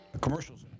Commercials